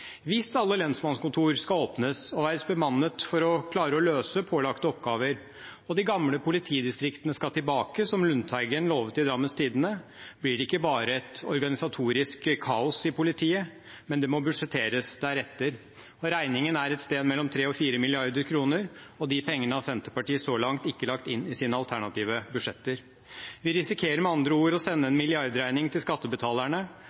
Hvis alle lensmannskontorer skal åpnes og være bemannet for å klare å løse pålagte oppgaver, og de gamle politidistriktene skal tilbake, som Lundteigen lovet i Drammens Tidende, blir det ikke bare et organisatorisk kaos i politiet, det må også budsjetteres deretter. Regningen er på et sted mellom 3 mrd. og 4 mrd. kr, og de pengene har Senterpartiet så langt ikke lagt inn i sine alternative budsjetter. Vi risikerer med andre ord å sende en milliardregning til skattebetalerne